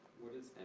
what is